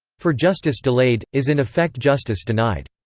for justice delayed, is in effect justice denied.